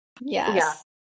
Yes